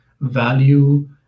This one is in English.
value